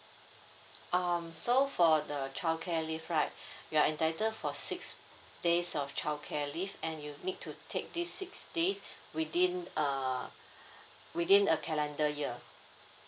um so for the childcare leave right you are entitled for six days of childcare leave and you need to take these six days within uh within a calendar year